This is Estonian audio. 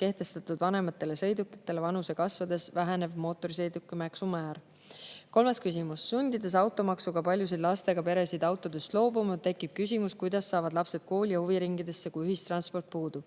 näiteks vanematele sõidukitele kehtestatud vanuse kasvades vähenev mootorsõidukimaksu määr. Kolmas küsimus: "Sundides automaksuga paljusid lastega peresid autodest loobuma tekib küsimus, kuidas saavad lapsed kooli ja huviringidesse, kui ühistransport puudub?"